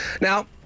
Now